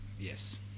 yes